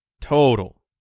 total